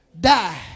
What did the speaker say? Die